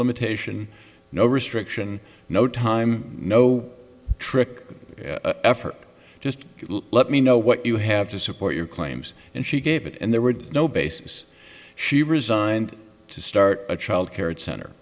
limitation no restriction no time no trick effort just let me know what you have to support your claims and she gave it and there were no basis she resigned to start a child care center